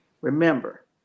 Remember